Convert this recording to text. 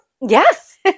Yes